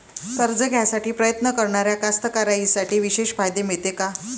कर्ज घ्यासाठी प्रयत्न करणाऱ्या कास्तकाराइसाठी विशेष फायदे मिळते का?